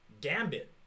gambit